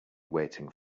waiting